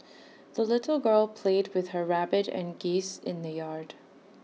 the little girl played with her rabbit and geese in the yard